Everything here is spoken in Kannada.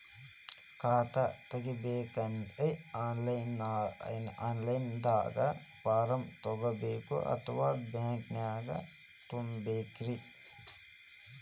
ಖಾತಾ ತೆಗಿಬೇಕಂದ್ರ ಆನ್ ಲೈನ್ ದಾಗ ಫಾರಂ ತುಂಬೇಕೊ ಅಥವಾ ಬ್ಯಾಂಕನ್ಯಾಗ ತುಂಬ ಬೇಕ್ರಿ?